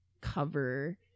cover